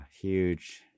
Huge